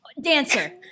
Dancer